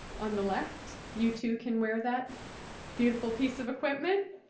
on the left. you too can wear that beautiful piece of equipment.